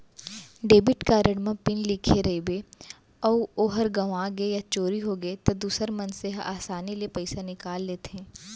debit card म PIN लिखे रइबे अउ ओहर गँवागे या चोरी होगे त दूसर मनसे हर आसानी ले पइसा निकाल लेथें